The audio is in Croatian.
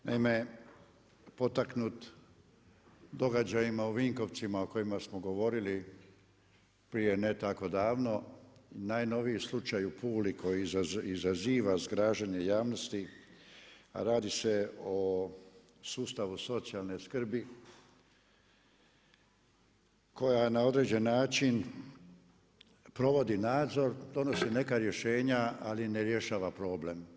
Naime, potaknut događajima u Vinkovcima o kojima smo govorili prije, ne tako davno, najnoviji slučaj u Puli koji izaziva zgražanje javnosti a radi se o sustavu socijalne skrbi koja na određeni način provodi nadzor, donosi neka rješenja ali ne rješava problem.